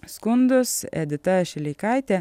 skundus edita šileikaitė